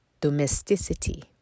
domesticity